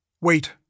Wait